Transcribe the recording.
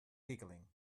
giggling